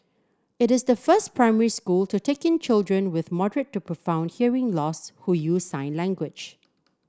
it is the first primary school to take in children with moderate to profound hearing loss who use sign language